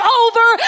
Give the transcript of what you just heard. over